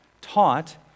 taught